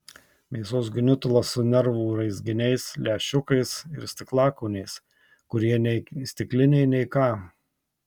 mėsos gniutulas su nervų raizginiais lęšiukais ir stiklakūniais kurie nei stikliniai nei ką